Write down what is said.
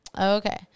Okay